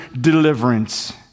deliverance